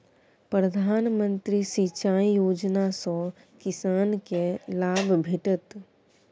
प्रधानमंत्री सिंचाई योजना सँ किसानकेँ लाभ भेटत